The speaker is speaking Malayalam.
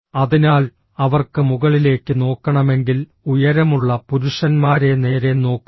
അതിനാൽ അവർക്ക് മുകളിലേക്ക് നോക്കണമെങ്കിൽ ഉയരമുള്ള പുരുഷന്മാരെ നേരെ നോക്കുക